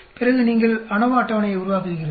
பிறகு நீங்கள் அநோவா அட்டவணையை உருவாக்குகிறீர்கள்